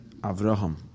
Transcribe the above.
Avraham